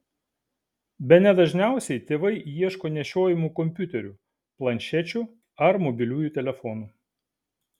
bene dažniausiai tėvai ieško nešiojamų kompiuterių planšečių ar mobiliųjų telefonų